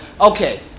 okay